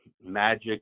Magic